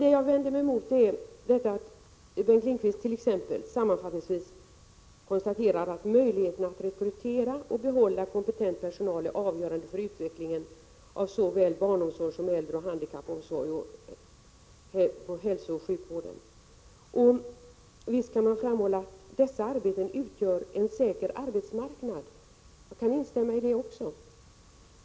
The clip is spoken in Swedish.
Sammanfattningsvis konstaterar Bengt Lindqvist t.ex. att möjligheterna att rekrytera och behålla kompetent personal är avgörande för utvecklingen av såväl barnomsorgen som äldreoch handikappomsorgen och hälsooch sjukvården. Visst kan man framhålla att dessa arbeten utgör en säker arbetsmarknad. Jag kan instämma i det också.